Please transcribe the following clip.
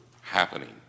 happening